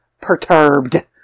perturbed